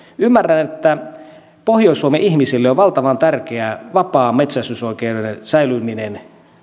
ymmärrän että pohjois suomen ihmisille on valtavan tärkeää vapaan metsästysoikeuden säilyminen